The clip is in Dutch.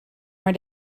maar